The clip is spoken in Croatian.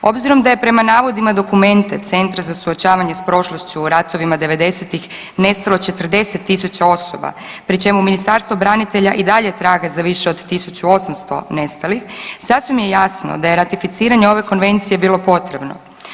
Obzirom da je prema navodima dokumente Centra za suočavanje sa prošlošću u ratovima devedesetih nestalo 40 000 osoba pri čemu Ministarstvo branitelja i dalje traga za više od 1800 nestalih sasvim je jasno da je ratificiranje ove Konvencije bilo potrebno.